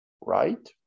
right